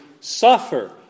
suffer